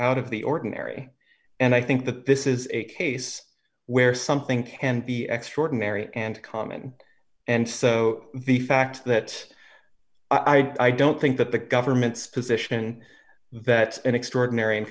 out of the ordinary and i think that this is a case where something can be extraordinary and common and so the fact that i don't think that the government's position that an extraordinary and